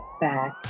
back